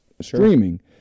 streaming